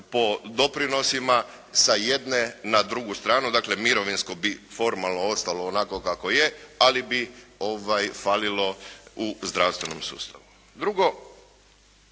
po doprinosima sa jedne na drugu stranu, dakle mirovinsko bi formalno ostalo onako kako je, ali bi falilo u zdravstvenom sustavu. Drugo,